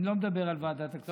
אני לא מדבר על ועדת הכספים.